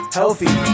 healthy